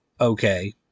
okay